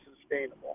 sustainable